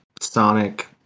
Sonic